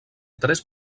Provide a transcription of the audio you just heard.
tres